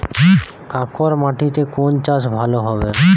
কাঁকর মাটিতে কোন চাষ ভালো হবে?